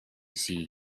see